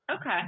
Okay